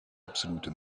absolute